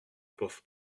pauvre